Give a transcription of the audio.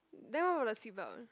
then what about the seat belt